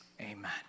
Amen